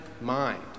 mind